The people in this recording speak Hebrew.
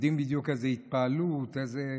יודעים בדיוק איזה התפעלות, איזה